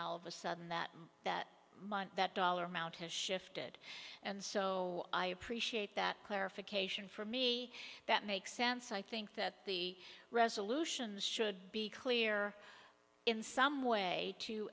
all of a sudden that that money that dollar amount has shifted and so i appreciate that clarification for me that makes sense i think that the resolutions should be clear in some way to